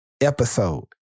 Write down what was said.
episode